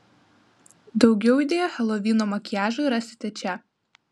daugiau idėjų helovyno makiažui rasite čia